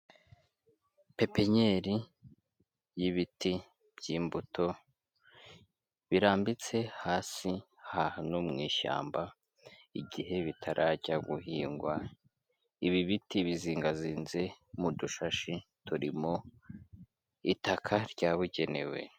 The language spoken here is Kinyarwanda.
Pepenyeri y'ibiti by'imbuto birambitse hasi ahantu mw'ishyamba igihe bitarajya guhingwa ibi biti bizingazinze mu dushashi turimo itaka ryabugenewe.